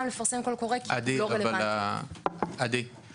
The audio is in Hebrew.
מן הראוי רו שתבצעו את הוראת המחוקק